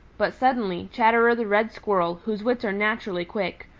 but suddenly chatterer the red squirrel, whose wits are naturally quick,